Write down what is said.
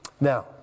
Now